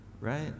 right